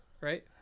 right